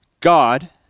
God